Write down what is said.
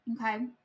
Okay